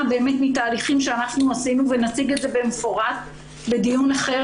מתהליכים שאנחנו עשינו ונציג את זה במפורט בדיון אחר